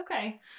Okay